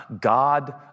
God